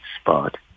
spot